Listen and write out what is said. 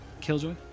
Killjoy